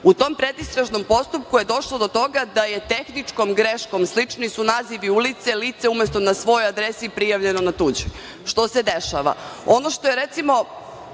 U tom predistražnom postupku je došlo do toga da je tehničkom greškom, slični su nazivi ulice, lice umesto na svojoj adresi prijavljeno na tuđoj, što se dešava. Ono što je strašno